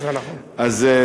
אז,